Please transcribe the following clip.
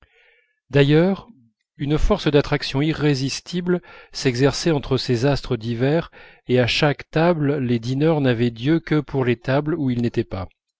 d'ailleurs une force d'attraction irrésistible s'exerçait entre ces astres divers et à chaque table les dîneurs n'avaient d'yeux que pour les tables où ils n'étaient pas